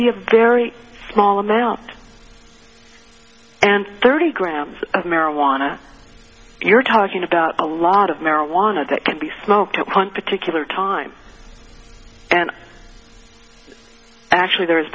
be a very small amount and thirty grams of marijuana you're talking about a lot of marijuana that can be smoked at one particular time and actually there